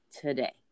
today